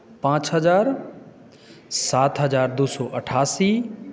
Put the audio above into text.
पाँच हजार सात हजार दू सए अठासी